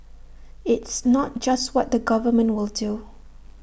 it's not just what the government will do